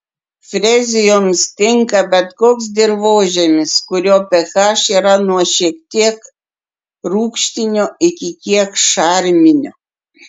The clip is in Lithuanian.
frezijoms tinka bet koks dirvožemis kurio ph yra nuo šiek tiek rūgštinio iki kiek šarminio